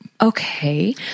Okay